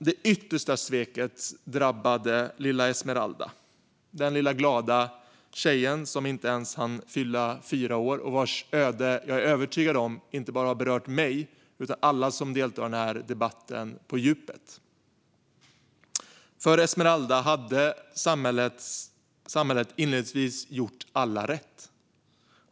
Det yttersta sveket drabbade lilla Esmeralda, den lilla glada tjejen som inte ens hann fylla fyra år och vars öde jag är övertygad om har berört inte bara mig utan alla som deltar i denna debatt på djupet. Samhället hade inledningsvis gjort alla rätt för Esmeralda.